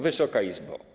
Wysoka Izbo!